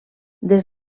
des